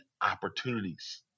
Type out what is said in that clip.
opportunities